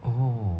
oh